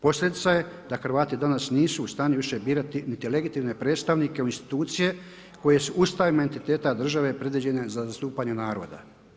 Posljedica je da Hrvati danas nisu u stanju više birati niti legitimne predstavnike u institucije koje su Ustavima entiteta države predviđene za zastupanje naroda.